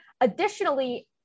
Additionally